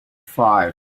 five